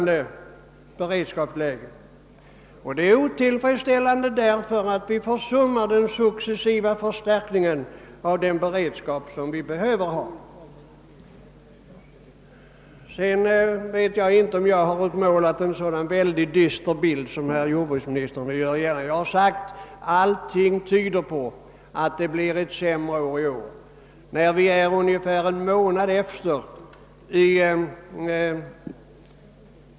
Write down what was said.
Nej, men många anser att läget är otillfredsställande därför att vi försummar den successiva förstärkning av beredskapen som behöver ske. Jag vet inte om jag har målat en så dyster bild av läget som jordbruksministern vill göra gällande. Jag har sagt att allting tyder på att det blir en sämre skörd i år, när vi är ungefär en månad efter.